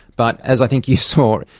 but, as i think you saw,